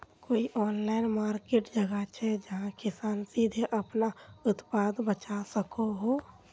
कोई online market जगह छे जहाँ किसान सीधे अपना उत्पाद बचवा सको हो?